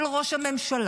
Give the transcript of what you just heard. של ראש הממשלה,